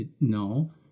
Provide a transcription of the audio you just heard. no